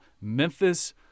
Memphis